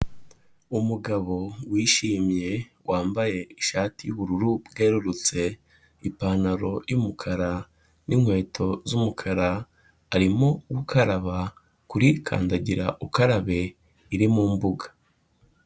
Umugabo wishimye, wambaye ishati y'ubururu bwerurutse, ipantaro y'umukara, n'inkweto z'umukara, arimo gukaraba kuri kandagira ukarabe iri mu mbuga.